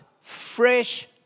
fresh